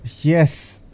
yes